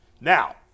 Now